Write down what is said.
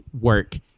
work